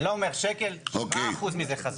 לא אומר שקל, 7% מזה חזר.